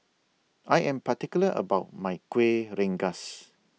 I Am particular about My Kueh Rengas